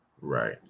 Right